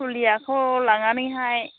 फुलियाखौ लांनानैहाय